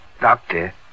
Doctor